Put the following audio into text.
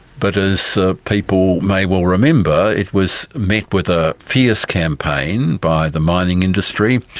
but as people may well remember it was met with a fierce campaign by the mining industry,